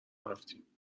رفتیم